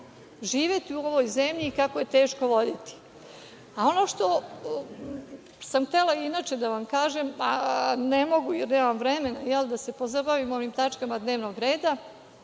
živeti u ovoj zemlji i da vidite kako je teško voditi? Ono što sam htela inače da vam kažem, a ne mogu jer nemam vremena da se pozabavim ovim tačkama dnevnog reda,